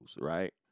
right